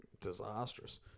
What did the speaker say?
disastrous